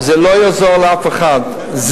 לא יעזור לאף אחד,